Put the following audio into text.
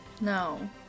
No